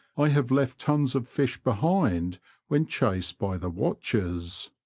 i have left tons of fish behind when chased by the watchers,